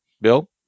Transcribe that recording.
Bill